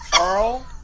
Earl